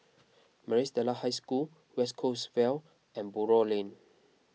Maris Stella High School West Coast Vale and Buroh Lane